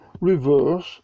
reverse